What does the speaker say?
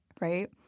right